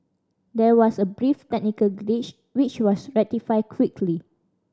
there was a brief technical glitch which was rectified quickly